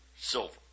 silver